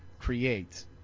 create